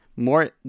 more